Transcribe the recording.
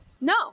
No